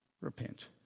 repent